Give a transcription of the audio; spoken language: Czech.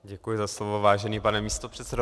Děkuji za slovo, vážený pane místopředsedo.